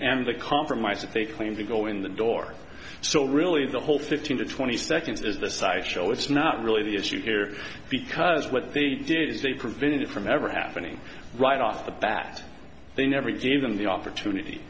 and to compromise if they claim to go in the door so really the whole fifteen to twenty seconds is a sideshow it's not really the issue here because what they did is they prevented it from ever happening right off the bat they never gave them the opportunity